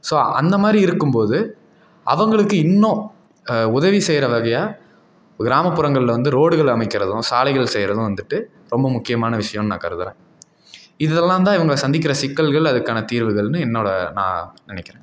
so அந்த மாதிரி இருக்கும் போது அவங்களுக்கு இன்னும் உதவி செய்கிற வகையாக கிராமப்புறங்களில் வந்து ரோடுகள் அமைக்கிறதும் சாலைகள் செய்கிறதும் வந்துட்டு ரொம்ப முக்கியமான விஷயோன்னு நான் கருதுகிறேன் இதெல்லான் தான் இவங்க சந்திக்கின்ற சிக்கல்கள் அதுக்கான தீர்வுகள்னு என்னோடய நான் நினைக்கிறேன்